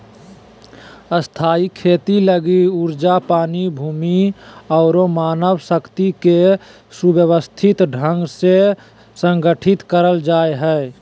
स्थायी खेती लगी ऊर्जा, पानी, भूमि आरो मानव शक्ति के सुव्यवस्थित ढंग से संगठित करल जा हय